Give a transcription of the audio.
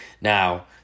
Now